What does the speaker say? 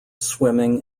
swimming